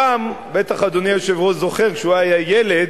פעם, בטח אדוני היושב-ראש זוכר, כשהוא היה ילד,